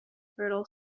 fertile